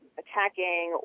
attacking